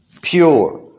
pure